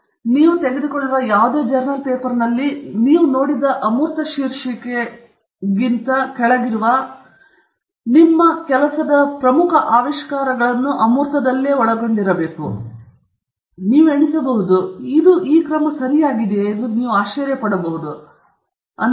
ಆದ್ದರಿಂದ ನೀವು ತೆಗೆದುಕೊಳ್ಳುವ ಯಾವುದೇ ಜರ್ನಲ್ ಪೇಪರ್ನಲ್ಲಿ ನೀವು ಇಲ್ಲಿ ನೋಡಿದ ಅಮೂರ್ತ ಶೀರ್ಷಿಕೆಗಿಂತ ಕೆಳಗಿರುವ ನಿಮ್ಮ ಕೆಲಸದ ಎಲ್ಲ ಪ್ರಮುಖ ಆವಿಷ್ಕಾರಗಳನ್ನು ಒಳಗೊಂಡಿರುವಿರಿ ಅದು ಸರಿಯಾಗಿದೆಯೇ ಎಂದು ನೀವು ಆಶ್ಚರ್ಯಪಡುತ್ತೀರಿ